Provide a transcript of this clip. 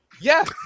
Yes